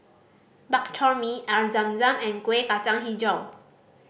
Bak Chor Mee Air Zam Zam and Kueh Kacang Hijau